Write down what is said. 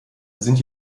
sind